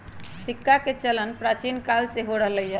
सिक्काके चलन प्राचीन काले से हो रहल हइ